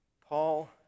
Paul